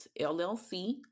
LLC